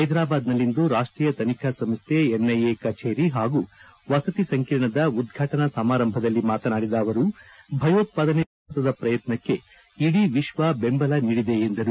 ಹೈದರಾಬಾದ್ನಲ್ಲಿಂದು ರಾಷ್ಟೀಯ ತನಿಖಾ ಸಂಸ್ಥೆ ಎನ್ಐಎ ಕಚೇರಿ ಹಾಗೂ ವಸತಿ ಸಂಕೀರ್ಣದ ಉದ್ಘಾಟನಾ ಸಮಾರಂಭದಲ್ಲಿ ಮಾತನಾಡಿದ ಅವರು ಭಯೋತ್ವಾದನೆ ವಿರುದ್ಧದ ಭಾರತದ ಪ್ರಯತ್ನಕ್ಷೆ ಇಡೀ ವಿಶ್ವ ಬೆಂಬಲ ನೀಡಿದೆ ಎಂದರು